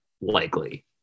likely